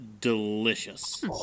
delicious